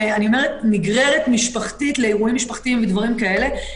אני אומרת נגררת משפחתית לאירועים משפחתיים ודברים כאלה,